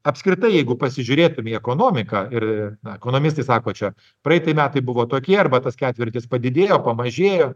apskritai jeigu pasižiūrėtume į ekonomiką ir na ekonomistai sako čia praeiti metai buvo tokie arba tas ketvirtis padidėjo pamažėjo